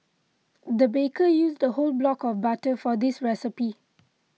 the baker used a whole block of butter for this recipe